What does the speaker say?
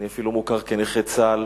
אני אפילו מוכר כנכה צה"ל,